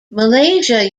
malaysia